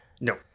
No